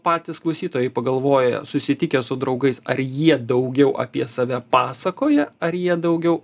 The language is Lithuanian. patys klausytojai pagalvoja susitikę su draugais ar jie daugiau apie save pasakoja ar jie daugiau